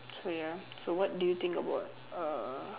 so ya so what do you think about uh